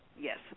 Yes